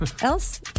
else